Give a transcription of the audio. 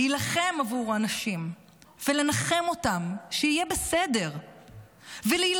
להילחם עבור האנשים ולנחם אותם שיהיה בסדר ולהילחם